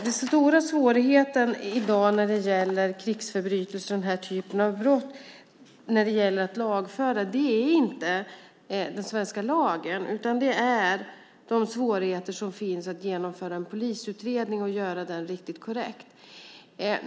Den stora svårigheten i dag när det gäller att lagföra krigsförbrytelser och den här typen av brott är inte den svenska lagen utan svårigheterna att genomföra en korrekt polisutredning.